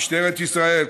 משטרת ישראל,